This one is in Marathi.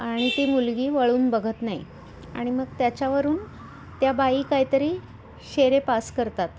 आणि ती मुलगी वळून बघत नाही आणि मग त्याच्यावरून त्या बाई काहीतरी शेरे पास करतात